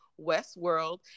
Westworld